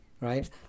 right